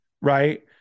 right